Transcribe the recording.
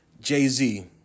Jay-Z